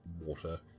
water